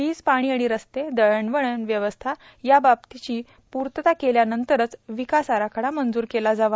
वीज पाणी आणि रस्ते दळणवळण व्यवस्था या बाबीची पूर्तता केल्यानंतरच विकास आराखडा मंजूर केला जावा